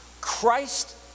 Christ